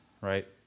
right